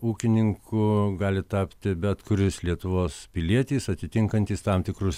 ūkininku gali tapti bet kuris lietuvos pilietis atitinkantys tam tikrus